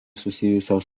susijusios